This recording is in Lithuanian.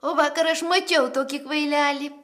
o vakar aš mačiau tokį kvailelį